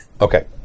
Okay